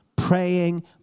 Praying